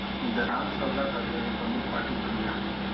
दलाल सौदा करे ले एगो प्रमुख पार्टी बन जा हइ